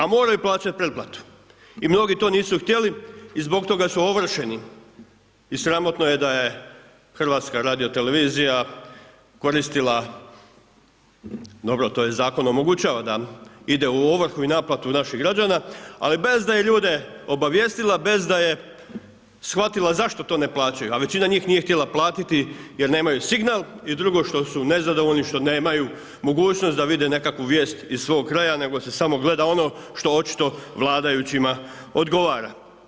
A moraju plaćati pretplatu i mnogi to nisu htjeli i zbog toga su ovršeni i sramotno je da je HRT koristila dobro, to joj zakon omogućava da ide u ovrhu i naplatu naših građana, ali bez da je ljude obavijestila, bez da je shvatila zašto to ne plaćaju, većina njih nije htjela platiti jer nemaju signal i drugo što su nezadovoljni što nemaju mogućnost da vide nekakvu vijest iz svog kraja, nego se samo gleda ono što očito vladajućima odgovara.